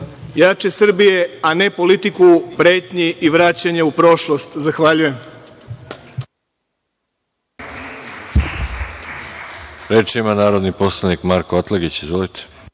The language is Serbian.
jače Srbije, a ne politiku pretnji i vraćanja u prošlost. Zahvaljujem.